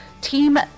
team